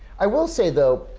i will say, though.